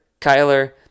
Kyler